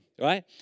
right